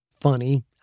Funny